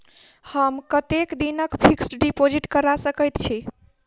हम कतेक दिनक फिक्स्ड डिपोजिट करा सकैत छी?